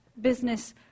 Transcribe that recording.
business